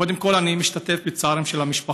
קודם כול, אני משתתף בצערן של המשפחות